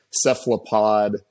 cephalopod